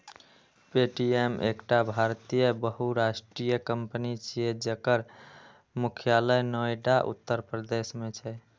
Paytm एकटा भारतीय बहुराष्ट्रीय कंपनी छियै, जकर मुख्यालय नोएडा, उत्तर प्रदेश मे छै